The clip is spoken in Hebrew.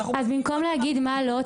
אז במקום להגיד מה לא,